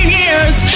years